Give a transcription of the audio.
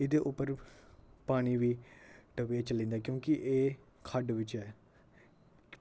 एह्दे उप्पर पानी वी टप्पियै चली जंदा क्योंकि एह् खड्ड विच ऐ